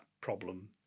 problem